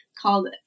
called